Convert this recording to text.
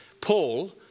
Paul